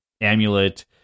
amulet